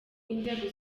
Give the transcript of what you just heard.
inzego